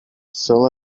sell